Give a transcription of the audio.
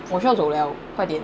我需要走了快点